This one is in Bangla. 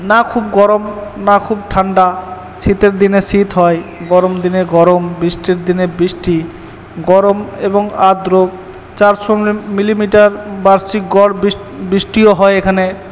না খুব গরম না খুব ঠান্ডা শীতের দিনে শীত হয় গরম দিনে গরম বৃষ্টির দিনে বৃষ্টি গরম এবং আর্দ্র চারশো মিলিমিটার বার্ষিক গড় বৃষ্টিও হয় এখানে